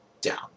down